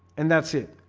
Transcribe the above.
and that's it.